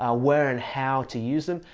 ah where and how to use them,